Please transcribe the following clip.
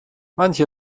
manche